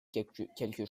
quelque